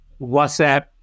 WhatsApp